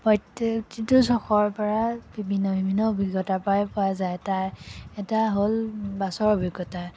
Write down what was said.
প্ৰত্যেকটো চখৰ পৰা বিভিন্ন বিভিন্ন অভিজ্ঞতাৰ পৰাই পোৱা যায় তাৰ এটা হ'ল বাছৰ অভিজ্ঞতা